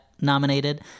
nominated